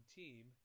team